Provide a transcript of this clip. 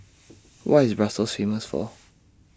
What IS Brussels Famous For